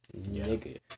nigga